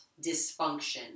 dysfunction